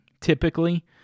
Typically